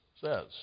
says